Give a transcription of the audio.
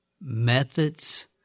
Methods